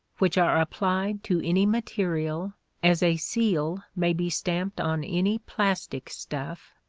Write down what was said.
which are applied to any material as a seal may be stamped on any plastic stuff,